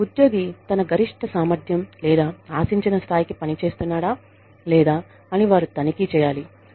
ఉద్యోగి తన గరిష్ట సామర్థ్యం లేదా ఆశించిన స్థాయికి పని చేస్తున్నాడా లేదా అని వారు తనిఖీ చేయాలి